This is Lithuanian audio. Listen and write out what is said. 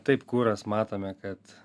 taip kuras matome kad